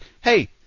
hey